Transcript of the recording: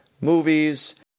movies